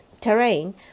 terrain